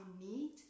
need